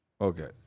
Okay